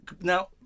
now